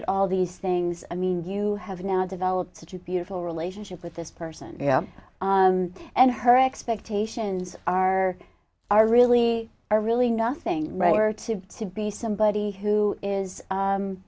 at all these things i mean you have now developed such a beautiful relationship with this person and her expectations are are really are really nothing right or to be to be somebody who is